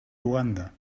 uganda